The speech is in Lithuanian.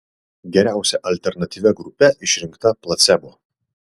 geriausia alternatyvia grupe išrinkta placebo